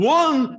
one